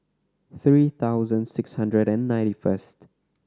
three thousand six hundred and ninety first